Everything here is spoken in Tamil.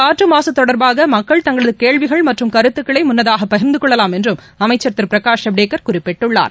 காற்று மாசு தொடர்பாக மக்கள் தங்களது கேள்விகள் மற்றும் கருத்துகளை முன்னதாக மேலும் பகிர்ந்துகொள்ளலாம் என்றும் அமைச்சர் திரு பிரகாஷ் ஜவடேகர் குறிப்பிட்டுள்ளார்